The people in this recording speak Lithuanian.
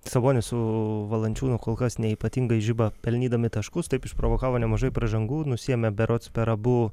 sabonis su valančiūnu kol kas ne ypatingai žiba pelnydami taškus taip išprovokavo nemažai pražangų nusiėmė berods per abu